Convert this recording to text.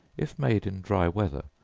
if made in dry weather,